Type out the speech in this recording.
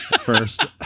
first